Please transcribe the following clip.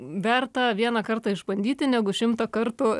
verta vieną kartą išbandyti negu šimtą kartų